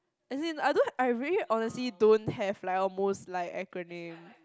as in I don't I really honestly don't have like a most like acronym